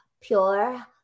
pure